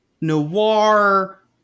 noir